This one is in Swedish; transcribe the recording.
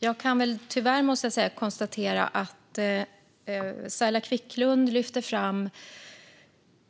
Fru talman! Jag kan - tyvärr, måste jag säga - konstatera att Saila Quicklund lyfter fram